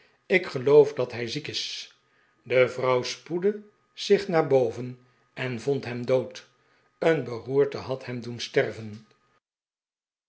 ik ge loof dat hij ziek is de vrouw spoedde zich naar boven en vond hem dood een beroerte had hem doen sterven